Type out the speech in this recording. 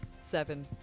Seven